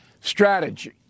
strategy